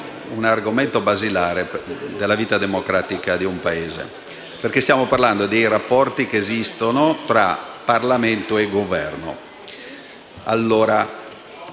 un argomento basilare della vita democratica di un Paese. Stiamo parlando dei rapporti tra Parlamento e Governo.